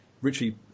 Richie